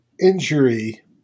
injury